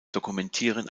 dokumentieren